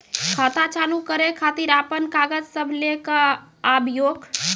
खाता चालू करै खातिर आपन कागज सब लै कऽ आबयोक?